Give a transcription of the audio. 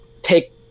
take